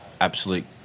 absolute